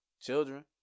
children